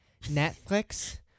Netflix